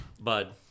Bud